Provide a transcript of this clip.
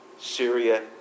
Syria